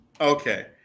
Okay